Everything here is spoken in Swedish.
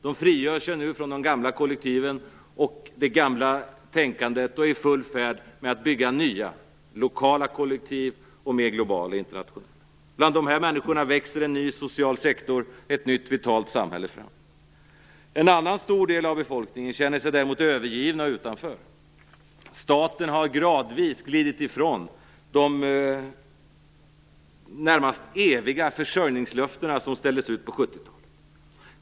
De frigör sig nu från de gamla kollektiven och det gamla tänkandet och är i full färd med att bygga nya lokala kollektiv och även mer globala, internationella. Bland dessa människor växer en ny social sektor, ett nytt vitalt samhälle fram. En annan stor del av befolkningen känner sig däremot övergiven och utanför. Staten har gradvis glidit ifrån de närmast eviga försörjningslöften som ställdes ut på 70-talet.